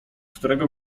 którego